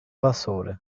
vassoura